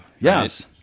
Yes